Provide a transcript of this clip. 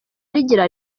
rigira